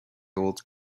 old